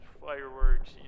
fireworks